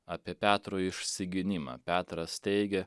apie petro išsigynimą petras teigė